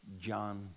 John